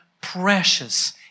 precious